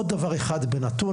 עוד דבר אחד בנתון,